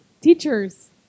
teachers